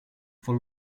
for